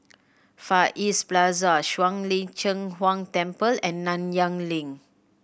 Far East Plaza Shuang Lin Cheng Huang Temple and Nanyang Link